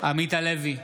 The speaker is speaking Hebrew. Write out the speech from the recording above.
עמית הלוי,